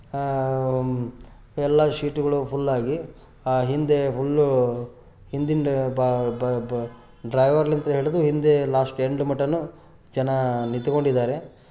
ಎಲ್ಲ ಶೀಟುಗಳು ಫುಲ್ಲಾಗಿ ಹಿಂದೆ ಫುಲ್ಲು ಹಿಂದಿಂದ ಬ ಬ ಬ ಡ್ರೈವರಿಲಿಂದ್ರ ಹಿಡಿದು ಹಿಂದೆ ಲಾಸ್ಟ್ ಎಂಡ್ ಮುಟ್ಟನೂ ಜನ ನಿಂತ್ಕೊಂಡಿದ್ದಾರೆ